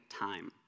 time